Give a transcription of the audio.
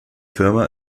firma